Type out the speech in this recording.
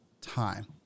time